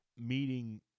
meeting